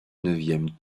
neuvième